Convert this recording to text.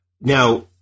Now